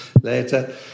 later